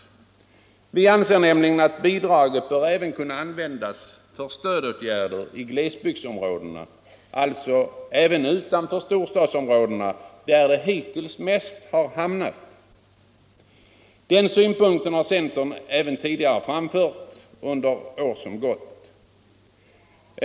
Vi anser nämligen att bidraget även bör kunna användas för stödåtgärder i glesbygdsområdena, alltså utanför storstadsområdena, där det hittills mest har hamnat. Den synpunkten har centern även framfört tidigare år.